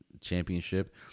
championship